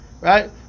Right